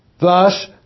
Thus